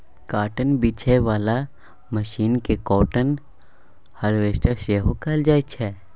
cotton बीछय बला machine केँ काँटन हार्वेस्टर सेहो कहल जाइ छै